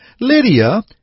Lydia